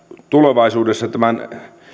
tulevaisuudessa tämän